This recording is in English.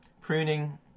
Pruning